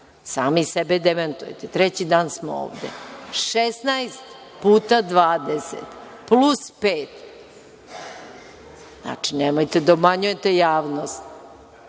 Sami sebe demantujete. Treći dan smo ovde, 16 puta 20 plus pet. Znači, nemojte da obmanjujete javnost